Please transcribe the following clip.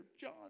John